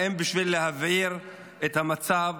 האם בשביל להבעיר את המצב?